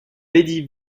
lady